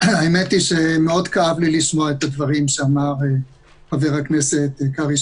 האמת היא שמאוד כאב לי לשמוע את הדברים שאמר חבר הכנסת קרעי,